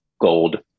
gold